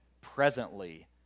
presently